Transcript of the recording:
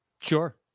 Sure